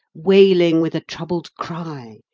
wailing with a troubled cry,